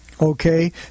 okay